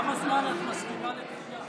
כמה זמן את מסכימה לדחייה?